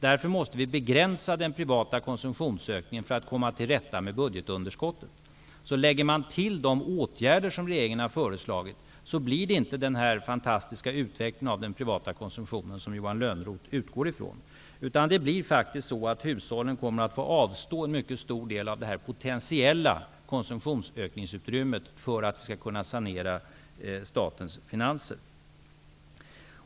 Därför måste vi begränsa den privata konsumtionsökningen för att komma till rätta med budgetunderskottet. Om man lägger till de åtgärder som regeringen har föreslagit, blir det inte den fantastiska utveckling av den privata konsumtionen som Johan Lönnroth utgår från, utan hushållen kommer att få avstå en mycket stor del av detta potentiella konsumtionsökningsutrymme för att vi skall kunna sanera statens finanser.